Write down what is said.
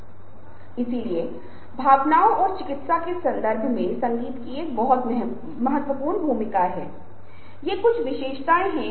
तो आप देखते हैं कि हम इन भावनाओं का एक समुच्चय ले रहे हैं और रवैया एक ऐसा व्यक्तित्व है जिसे स्थिर माना जाता है